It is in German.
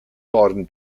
waren